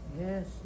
Yes